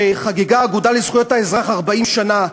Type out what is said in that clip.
כשחגגה האגודה לזכויות האזרח 40 שנה,